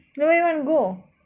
then where you wanna go